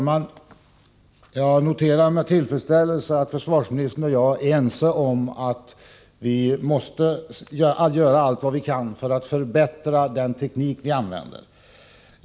Herr talman! Jag noterar med tillfredsställelse att försvarsministern och jag är ense om att vi måste göra allt vi kan för att förbättra den teknik vi använder.